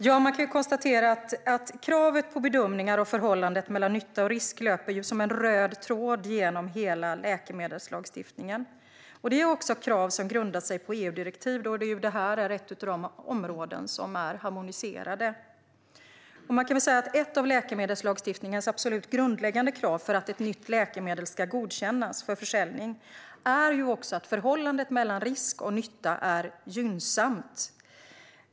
Herr talman! Man kan konstatera att kravet på bedömningar och förhållandet mellan nytta och risk löper som en röd tråd genom hela läkemedelslagstiftningen. Det är också ett krav som grundar sig på EU-direktiv, då detta är ett av de områden som är harmoniserade. Man kan säga att ett av läkemedelslagstiftningens absolut grundläggande krav för att ett nytt läkemedel ska godkännas för försäljning är att förhållandet mellan risk och nytta är gynnsamt.